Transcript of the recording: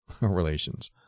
relations